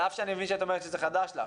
על אף שאני מבין שאת אומרת שזה חדש לך,